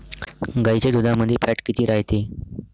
गाईच्या दुधामंदी फॅट किती रायते?